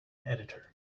editor